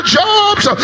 jobs